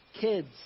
kids